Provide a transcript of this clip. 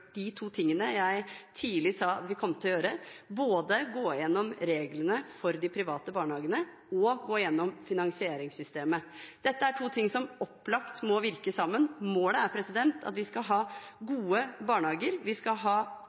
de to tingene jeg tidlig sa at vi kom til å gjøre, både gå igjennom reglene for de private barnehagene og gå igjennom finansieringssystemet. Dette er to ting som opplagt må virke sammen. Målet er at vi skal ha gode barnehager. Vi skal ha